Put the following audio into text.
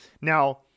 now